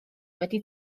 wedi